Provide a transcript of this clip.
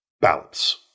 Balance